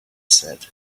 said